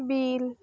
bill